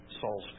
Saul's